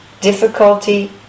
difficulty